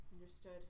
Understood